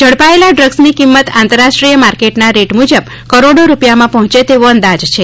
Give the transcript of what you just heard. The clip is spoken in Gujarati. ઝડપાયેલા ડ્રગ્સની કિંમત આંતરરાષ્ટ્રીય માર્કેટના રેટ મુજબ કરોડો રૂપિયામાં પહોંચે તેવો અંદાજ છે